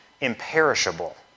Imperishable